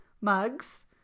mugs